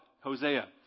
Hosea